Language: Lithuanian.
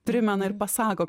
primena ir pasako